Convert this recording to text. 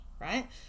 right